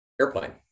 Airplane